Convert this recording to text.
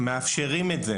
אנחנו מאפשרים את זה,